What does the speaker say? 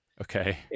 Okay